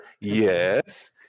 Yes